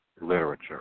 literature